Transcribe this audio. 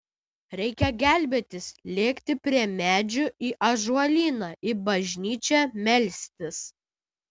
reikia gelbėtis lėkti prie medžių į ąžuolyną į bažnyčią melstis